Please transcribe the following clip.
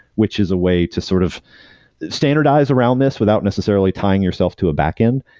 which is a way to sort of standardize around this without necessarily tying yourself to a back-end.